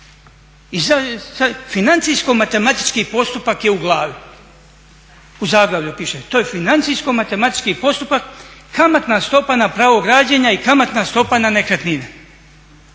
I financijsko-matematički postupak je u glavi u zaglavlju piše, to je financijsko-matematički postupak kamatna stopa na pravo građenja i kamatna stopa na nekretnine.